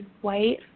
white